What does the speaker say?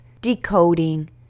decoding